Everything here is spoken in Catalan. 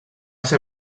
ser